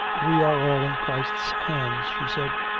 we are all in christ's hands she said.